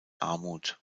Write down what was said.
armut